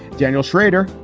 daniel shrader,